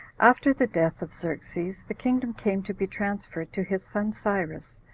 after the death of xerxes, the kingdom came to be transferred to his son cyrus,